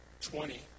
twenty